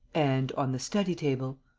and on the study-table.